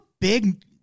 big